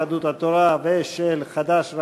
יהדות התורה ושל חד"ש,